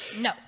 No